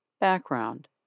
Background